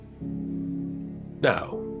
Now